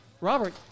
Robert